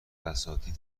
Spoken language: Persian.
اساتید